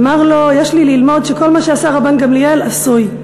אמר לו, יש לי ללמוד שכל מה שעשה רבן גמליאל עשוי,